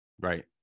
right